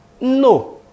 No